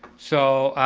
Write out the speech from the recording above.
so,